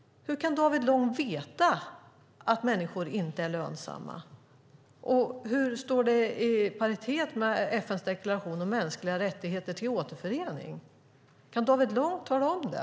Hur kan David Lång veta att människor inte är lönsamma? Hur står det i paritet med rätten till återförening i FN:s deklaration om mänskliga rättigheter? Kan David Lång tala om det?